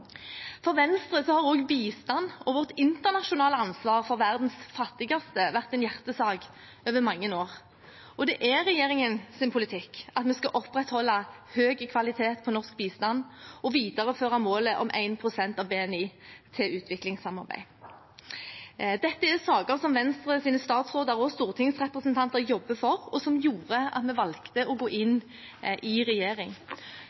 For Venstre har også bistand og vårt internasjonale ansvar for verdens fattigste vært en hjertesak over mange år. Det er regjeringens politikk at vi skal opprettholde høy kvalitet på norsk bistand og videreføre målet om 1 pst. av BNI til utviklingssamarbeid. Dette er saker som Venstres statsråder og stortingsrepresentanter jobber for, og som gjorde at vi valgte å gå inn i regjering.